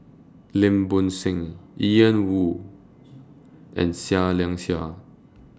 Lim Bo Seng Ian Woo and Seah Liang Seah